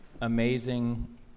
amazing